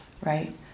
right